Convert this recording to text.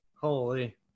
Holy